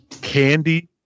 Candy